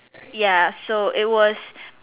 ya so it was